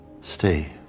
stay